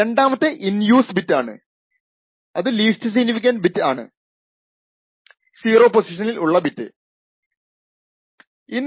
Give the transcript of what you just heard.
രണ്ടാമത്തെ in use bit ആണ് അത് ലീസ്റ് സിഗ്നിഫിക്കൻൻറ് ബിറ്റ് ആയ 0 പൊസിഷനിൽ ഉള്ള ബിറ്റ് ആണ്